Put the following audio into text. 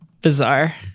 bizarre